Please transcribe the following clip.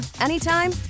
anytime